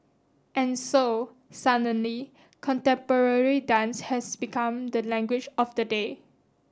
and so suddenly contemporary dance has become the language of the day